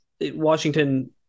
Washington